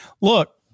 look